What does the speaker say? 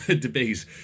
debate